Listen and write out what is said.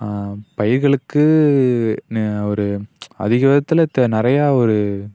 பயிர்களுக்கு நே ஒரு அதிகவிதத்தில் தெ நிறையா ஒரு